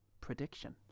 prediction